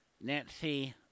Nancy